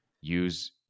Use